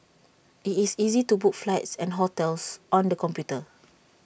IT is is easy to book flights and hotels on the computer